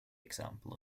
example